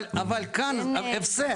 אבל כאן ההפסד.